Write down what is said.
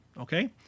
okay